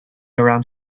around